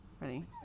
Ready